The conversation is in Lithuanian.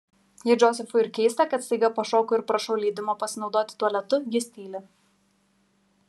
jei džozefui ir keista kad staiga pašoku ir prašau leidimo pasinaudoti tualetu jis tyli